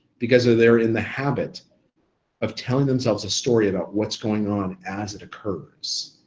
because they're there in the habit of telling themselves a story about what's going on as it occurs,